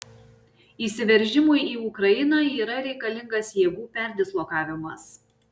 įsiveržimui į ukrainą yra reikalingas jėgų perdislokavimas